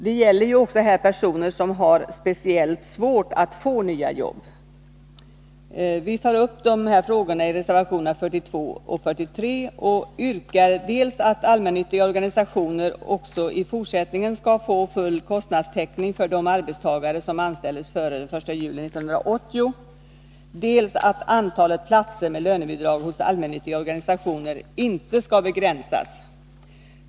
Det gäller även här personer som har speciellt svårt att få nya jobb. Vi tar upp den här frågan i reservationerna 42 och 43 och yrkar dels att allmännyttiga organisationer också i fortsättningen skall få full kostnadstäckning för de arbetstagare som anställdes före den 1 juli 1980, dels att antalet platser med lönebidrag hos allmännyttiga organisationer inte skall begränsas.